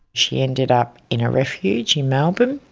she ended up in a refuge in melbourne.